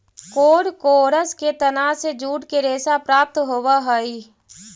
कोरकोरस के तना से जूट के रेशा प्राप्त होवऽ हई